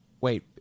Wait